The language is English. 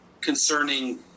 concerning